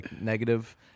negative